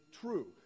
true